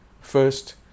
First